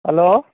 hello